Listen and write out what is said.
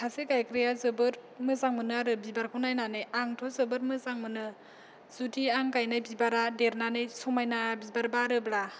सासे गायग्राया जोबोद मोजां मोनो आरो बिबारखौ नायनानै आंथ' जोबोद मोजां मोनो जुदि आं गायनाय बिबारा देरनानै समायना बिबार बारोब्ला